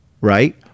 Right